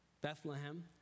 Bethlehem